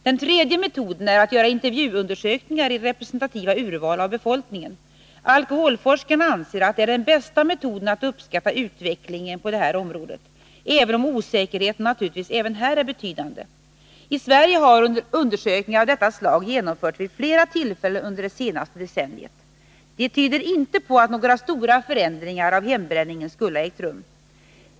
Den tredje metoden är att göra intervjuundersökningar i representativa urval av befolkningen. Alkoholforskarna anser att det är den bästa metoden att uppskatta utvecklingen på detta område, även om osäkerheten naturligtvis även här är betydande. I Sverige har undersökningar av detta slag genomförts vid flera tillfällen under det senaste decenniet. De tyder inte på att några stora förändringar av hembränningen skulle ha ägt rum.